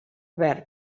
verb